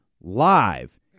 live